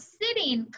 sitting